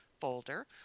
folder